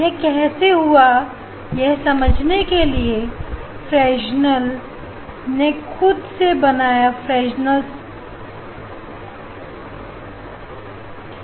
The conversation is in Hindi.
यह कैसे हुआ यह समझने के लिए फ्रेश नेल ने खुद से बनाया फ्रेशनेल हाफ प्योर जून